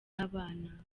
abana